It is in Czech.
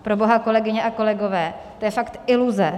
Proboha, kolegyně a kolegové, to je fakt iluze.